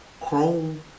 Chrome